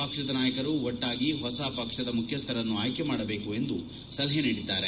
ಪಕ್ಷದ ನಾಯಕರು ಒಟ್ಪಾಗಿ ಹೊಸ ಪಕ್ಷದ ಮುಖ್ಯಸ್ಥರನ್ನು ಆಯ್ಲೆ ಮಾಡಬೇಕು ಎಂದು ಸಲಹೆ ನೀಡಿದ್ದಾರೆ